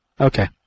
Okay